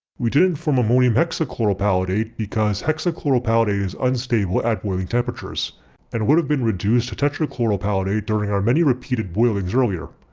we didn't form ammonium hexachloropalladate because hexachloropalladate is unstable at boiling temperatures and would have been reduced to tetrachloropalladate during our many repeated boilings earlier.